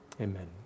Amen